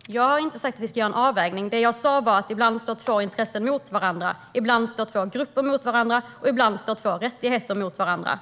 Herr talman! Jag har inte sagt att vi ska göra en avvägning. Det jag sa var att ibland står två intressen mot varandra. Ibland står två grupper mot varandra, och ibland står två rättigheter mot varandra.